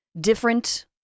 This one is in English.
different